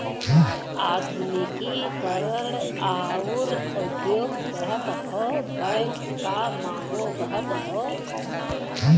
आधुनिकी करण आउर उद्योग बढ़त हौ बैंक क मांगो बढ़त हौ